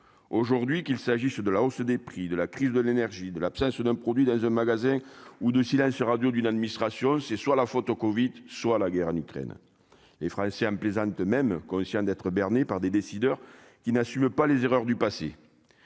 aujourd'hui, qu'il s'agisse de la hausse des prix de la crise de l'énergie, de l'absence d'un produit dans un magasin ou de silence radio, d'une administration, c'est soit la faute au Covid soit la guerre, en Ukraine, les Français, hein, plaisante même conscient d'être berné par des décideurs qui n'assument pas les erreurs du passé,